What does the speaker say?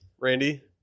Randy